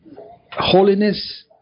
Holiness